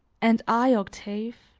and i, octave,